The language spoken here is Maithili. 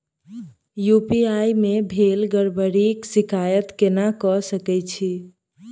यु.पी.आई मे भेल गड़बड़ीक शिकायत केना कऽ सकैत छी?